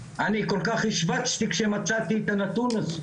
אני כל כך השווצתי שמצאתי את הנתון הזה,